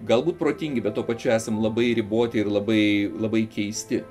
galbūt protingi bet tuo pačiu esam labai riboti ir labai labai keisti